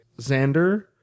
Xander